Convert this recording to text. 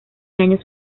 años